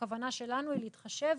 הכוונה שלנו היא להתחשב